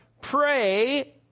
Pray